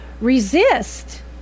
resist